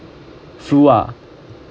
flew ah